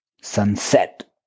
sunset